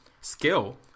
skill